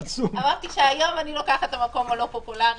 אמרתי שהיום אני לוקחת את המקום הלא פופולרי,